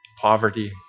poverty